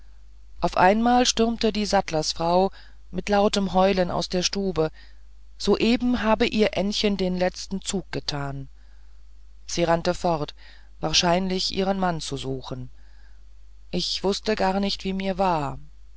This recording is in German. auf einmal stürmt die sattlersfrau mit lautem heulen aus der stube soeben hab ihr ännchen den letzten zug getan sie rannte fort wahrscheinlich ihren mann zu suchen ich wußte gar nicht wie mir war